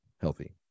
healthy